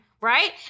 Right